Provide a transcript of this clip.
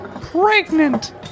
pregnant